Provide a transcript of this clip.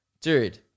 dude